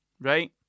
Right